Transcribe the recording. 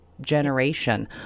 generation